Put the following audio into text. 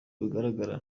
bigaragara